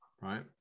right